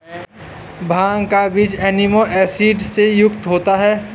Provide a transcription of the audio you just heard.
भांग का बीज amino acid से युक्त होता है